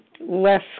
less